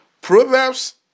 Proverbs